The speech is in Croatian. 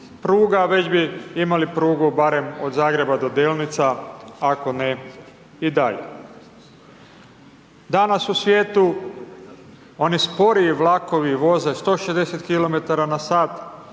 već bi imali prugu barem od Zagreba do Delnica, ako ne i dalje. Danas u svijetu oni sporiji vlakovi voze 160 km na sat,